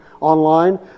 online